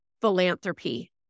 philanthropy